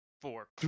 four